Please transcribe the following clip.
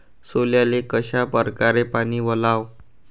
सोल्याले कशा परकारे पानी वलाव?